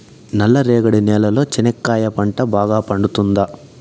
నల్ల రేగడి నేలలో చెనక్కాయ పంట బాగా పండుతుందా?